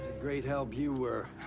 great help you were.